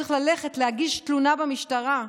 צריך ללכת להגיש תלונה במשטרה,